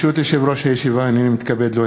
התשע"ה 2014, נתקבל.